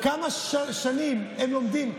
כמה שנים הם לומדים,